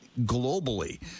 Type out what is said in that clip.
globally